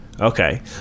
okay